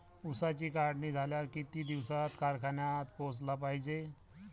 ऊसाची काढणी झाल्यावर किती दिवसात कारखान्यात पोहोचला पायजे?